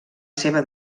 seva